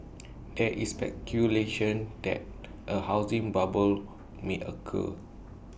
there is speculation that A housing bubble may occur